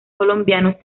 colombianos